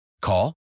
Call